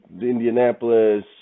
Indianapolis